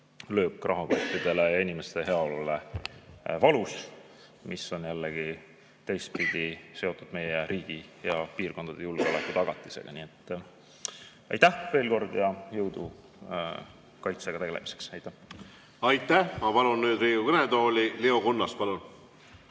löök rahakottidele ja inimeste heaolule valus. See on jällegi teistpidi seotud meie riigi ja piirkondade julgeolekutagatisega. Aitäh veel kord ja jõudu kaitsega tegelemiseks! Aitäh! Ma palun nüüd Riigikogu kõnetooli Leo Kunnase. Kas